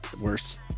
Worse